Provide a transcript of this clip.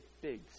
big